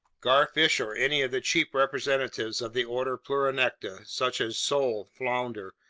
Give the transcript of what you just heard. garfish, or any of the chief representatives of the order pleuronecta, such as sole, flounder,